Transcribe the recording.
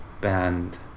band